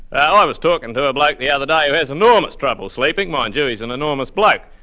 i was talking to a bloke the other day who has enormous trouble sleeping. mind you, he is an enormous bloke.